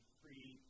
free